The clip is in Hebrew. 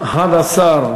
והגנת הסביבה נתקבלה.